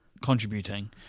contributing